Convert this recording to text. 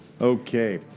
Okay